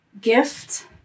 gift